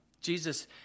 Jesus